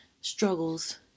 struggles